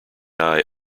eye